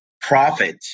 profit